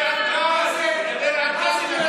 דבר על כאן, דבר על כאן,